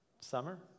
summer